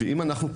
ואם אנחנו,